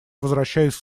возвращаюсь